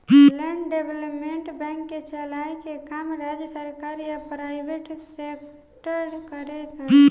land development bank के चलाए के काम राज्य सरकार या प्राइवेट सेक्टर करेले सन